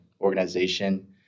organization